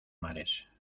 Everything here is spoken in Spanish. mares